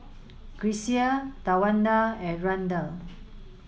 Grecia Tawanda and Randal